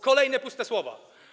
Kolejne puste słowa.